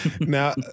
Now